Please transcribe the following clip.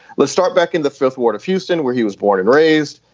let's start back in the fifth ward of houston, where he was born and raised.